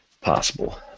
possible